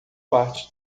parte